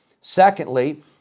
Secondly